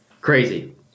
Crazy